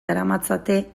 daramatzate